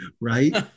right